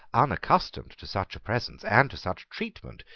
unaccustomed to such a presence and to such treatment,